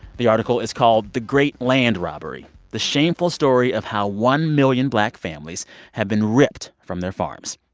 the article is called the great land robbery the shameful story of how one million black families have been ripped from their farms.